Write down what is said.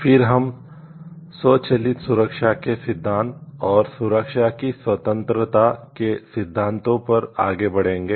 फिर हम स्वचालित सुरक्षा के सिद्धांत और सुरक्षा की स्वतंत्रता के सिधान्तो पर आगे बढ़ेंगे